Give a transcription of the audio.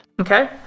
Okay